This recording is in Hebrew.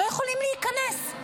לא יכולים להיכנס,